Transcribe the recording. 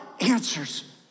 Answers